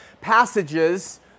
passages